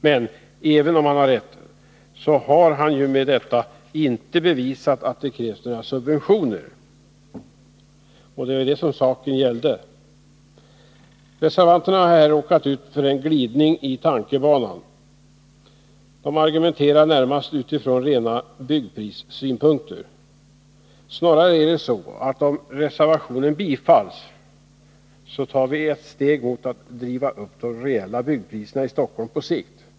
Men även om han har rätt, så har han med detta inte bevisat att det krävs några subventioner — och det är det som saken gäller. Reservanterna har här råkat ut för en tankeglidning. De argumenterar närmast utifrån rena byggprissynpunkter. Snarare är det så, att om reservationen bifalls, tar vi ett steg mot att driva upp de reella byggpriserna i Stockholm på sikt.